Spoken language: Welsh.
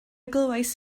glywais